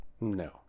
No